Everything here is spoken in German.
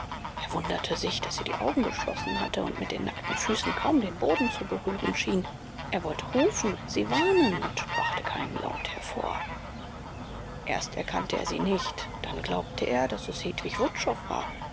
er wunderte sich daß sie die augen geschlossen hatte und mit den nackten füßen kaum den boden zu berühren schien er wollte rufen sie warnen und brachte keinen laut hervor erst erkannte er sie nicht dann glaubte er daß es hedwig wutschow war